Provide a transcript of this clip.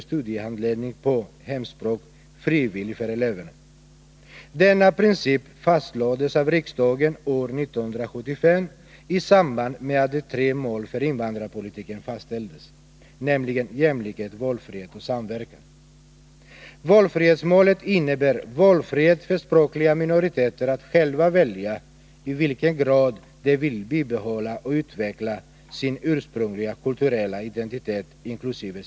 studiehandledning på hemspråk, frivilligt för eleverna. Denna princip fastlades av riksdagen år 1975 i samband med att tre mål för invandrarpolitiken fastställdes, nämligen jämlikhet, valfrihet och samverkan —-—-—. Valfrihetsmålet innebär valfrihet för språkliga minoriteter att själva välja i vilken grad de vill bibehålla och utveckla sin ursprungliga, kulturella identitet inkl.